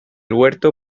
huerto